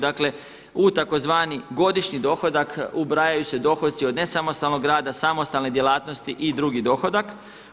Dakle, u tzv. godišnji dohodak ubrajaju se dohodci od nesamostalnog rada, samostalne djelatnosti i drugi dohodak.